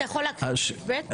אתה יכול להקריא את סעיף ב'?